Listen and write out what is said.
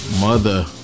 mother